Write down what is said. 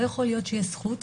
לא יכול להיות שיש זכות,